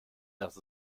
dass